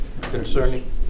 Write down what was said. concerning